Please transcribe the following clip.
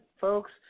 folks